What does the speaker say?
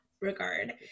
regard